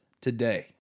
today